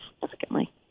significantly